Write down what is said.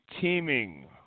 teaming